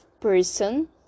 person